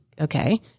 okay